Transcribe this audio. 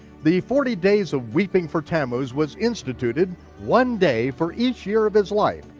the forty days of weeping for tammuz was instituted, one day for each year of his life,